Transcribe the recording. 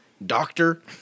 doctor